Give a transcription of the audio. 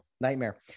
nightmare